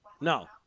No